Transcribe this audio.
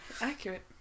Accurate